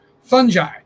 fungi